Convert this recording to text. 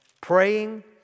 praying